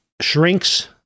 shrinks